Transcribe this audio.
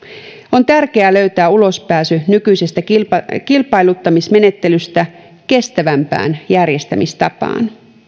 on tärkeää löytää ulospääsy nykyisestä kilpailuttamismenettelystä kestävämpään järjestämistapaan